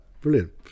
brilliant